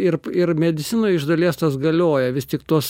ir ir medicinoj iš dalies tas galioja vis tik tuos